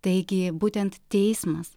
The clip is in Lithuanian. taigi būtent teismas